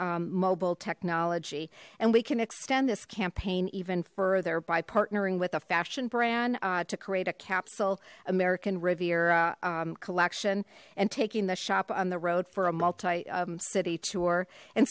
mobile technology and we can extend this campaign even further by partnering with a fashion brand to create a capsule american riviera collection and taking the shop on the road for a multi city tour and